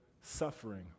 suffering